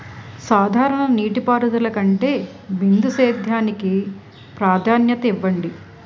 సాధారణ నీటిపారుదల కంటే బిందు సేద్యానికి ప్రాధాన్యత ఇవ్వండి